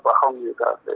um you that